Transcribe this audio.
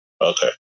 Okay